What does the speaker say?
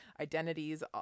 identities